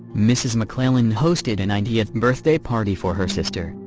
mrs. mcclellan hosted a ninetieth birthday party for her sister,